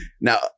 Now